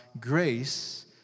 grace